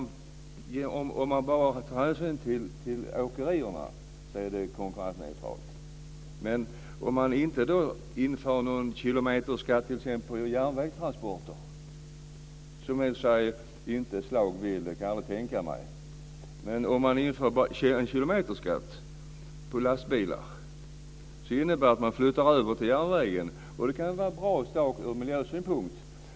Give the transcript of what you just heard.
Om man bara tar hänsyn till åkerierna är det konkurrensneutralt. Men om man inte inför en kilometerskatt på t.ex. järnvägstransporter, som jag inte kan tänka mig att Schlaug vill, men inför en kilometerskatt på lastbilar innebär det att transporter flyttar över till järnvägen. Det kan vara bra, Schlaug, ur miljösynpunkt.